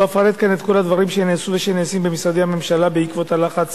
לא אפרט כאן את כל הדברים שנעשו ושנעשים במשרדי הממשלה בעקבות הלחץ